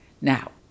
Now